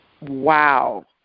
wow